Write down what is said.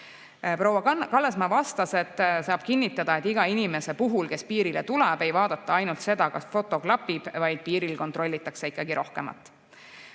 Proua Kallasmaa vastas, et saab kinnitada, et iga inimese puhul, kes piirile tuleb, ei vaadata ainult seda, kas foto klapib, vaid piiril kontrollitakse ikkagi rohkemat.